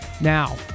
Now